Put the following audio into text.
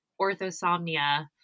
orthosomnia